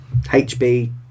HB